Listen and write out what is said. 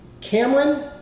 Cameron